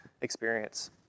experience